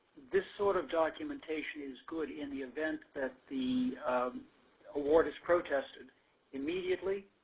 this sort of documentation is good in the event that the award is protested immediately,